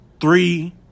three